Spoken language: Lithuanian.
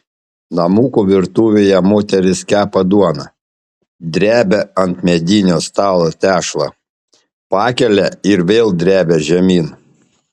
namuko virtuvėje moteris kepa duoną drebia ant medinio stalo tešlą pakelia ir vėl drebia žemyn